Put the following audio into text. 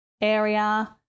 area